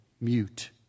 mute